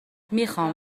میخام